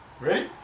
Ready